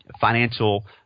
financial –